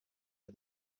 are